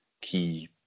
key